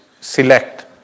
select